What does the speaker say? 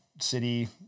city